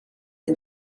and